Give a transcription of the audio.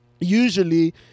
usually